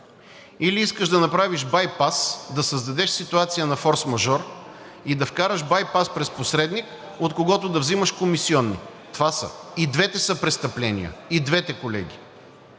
или искаш да направиш байпас, да създадеш ситуация на форсмажор и да вкараш байпас през посредник, от който да вземаш комисиони. Това са. И двете са престъпления! И двете, колеги!